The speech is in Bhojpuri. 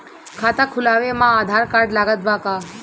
खाता खुलावे म आधार कार्ड लागत बा का?